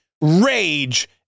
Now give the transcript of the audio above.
Rage